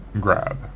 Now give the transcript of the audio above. grab